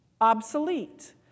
obsolete